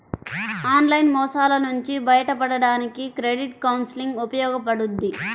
online మోసాల నుంచి బయటపడడానికి క్రెడిట్ కౌన్సిలింగ్ ఉపయోగపడుద్ది